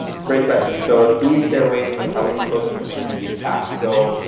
great question. so do we share weights of how we compose information at each pass? so,